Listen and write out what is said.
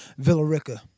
villarica